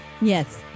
Yes